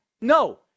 No